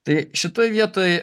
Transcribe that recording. tai šitoj vietoj